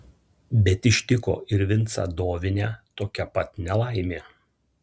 bet ištiko ir vincą dovinę tokia pat nelaimė